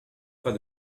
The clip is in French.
pas